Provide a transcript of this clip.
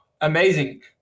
Amazing